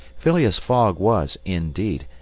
phileas fogg was, indeed,